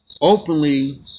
openly